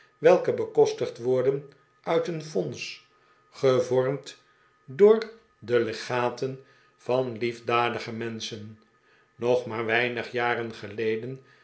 welke bekostigd worden uit een fonds gevormd door de legaten van liefdadige menschen nog maar weinig jaren geleden